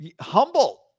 humble